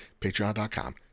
patreon.com